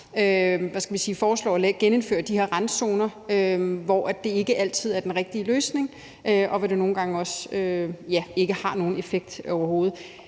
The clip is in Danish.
at genindføre de her randzoner, også hvor det ikke altid er den rigtige løsning, og hvor det nogle gange ingen effekt har overhovedet.